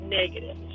negative